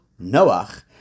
Noach